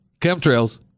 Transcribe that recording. Chemtrails